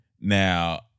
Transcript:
Now